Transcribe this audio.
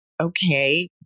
okay